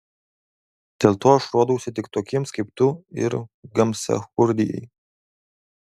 dėl to aš rodausi tik tokiems kaip tu ir gamsachurdijai